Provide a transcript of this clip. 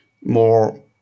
more